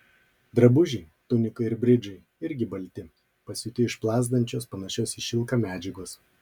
drabužiai tunika ir bridžai irgi balti pasiūti iš plazdančios panašios į šilką medžiagos